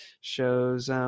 shows –